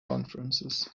conferences